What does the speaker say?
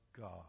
God